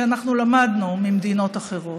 אנחנו למדנו ממדינות אחרות.